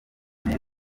neza